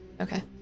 Okay